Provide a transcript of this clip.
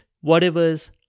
whatever's